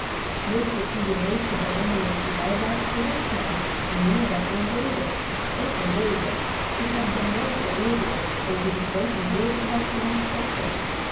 deeze uwe heusche behandeling te mywaards verrukt my om meer dan eene rede ook om deeze ik heb dan wél geoordeeld over de groote meerderheid myner sex